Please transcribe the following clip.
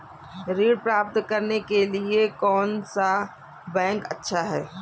ऋण प्राप्त करने के लिए कौन सा बैंक अच्छा है?